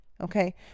okay